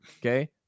okay